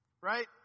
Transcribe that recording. right